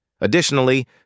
Additionally